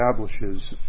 establishes